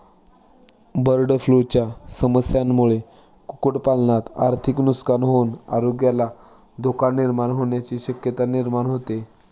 बर्डफ्लूच्या समस्येमुळे कुक्कुटपालनात आर्थिक नुकसान होऊन आरोग्याला धोका निर्माण होण्याची शक्यता निर्माण होते